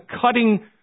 cutting